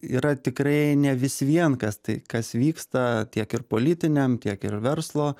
yra tikrai ne vis vien kas tai kas vyksta tiek ir politiniam tiek ir verslo